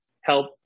help